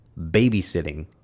Babysitting